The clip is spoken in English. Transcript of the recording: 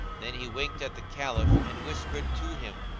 then he winked at the caliph and whispered to him,